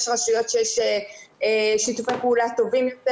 יש רשויות שיש שיתופי פעולה טובים יותר